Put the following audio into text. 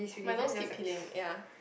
my nose keep peeling ya